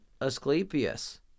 Asclepius